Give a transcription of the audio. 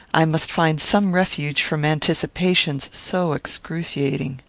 i must find some refuge from anticipations so excruciating.